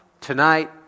Tonight